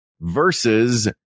versus